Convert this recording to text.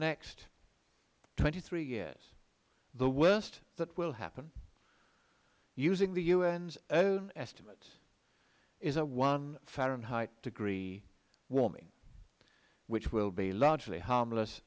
next twenty three years the worst that will happen using the u n s own estimate is a one fahrenheit degree warming which will be largely harmless